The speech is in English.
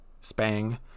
spang